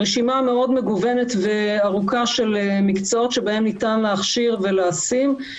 רשימה מאוד מגוונת וארוכה של מקצועות שבהם ניתן להכשיר ולהשים.